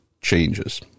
changes